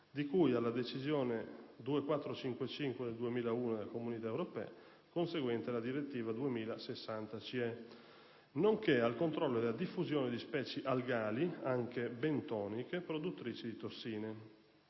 di cui alla decisione n. 2455/2001/CE, conseguente alla direttiva 2000/60/CE, nonché al controllo della diffusione di specie algali, anche bentoniche, produttrici di tossine.